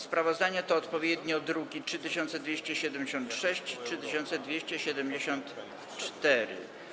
Sprawozdania to odpowiednio druki nr 3276 i 3274.